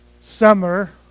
summer